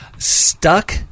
Stuck